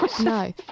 No